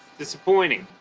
disappointing